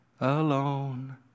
alone